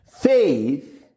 Faith